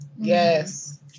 Yes